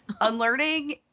Unlearning